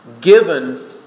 given